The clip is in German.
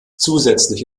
zusätzlich